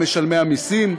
הם משלמי המסים,